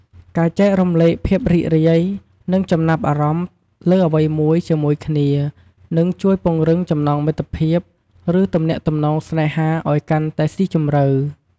ការចែករំលែកភាពរីករាយ និងចំណាប់អារម្មណ៍លើអ្វីមួយជាមួយគ្នា នឹងជួយពង្រឹងចំណងមិត្តភាព ឬទំនាក់ទំនងស្នេហាឱ្យកាន់តែស៊ីជម្រៅ។